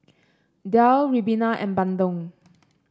daal ribena and bandung